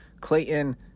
Clayton